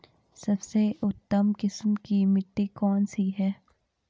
सबसे उत्तम किस्म की मिट्टी कौन सी है?